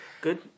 good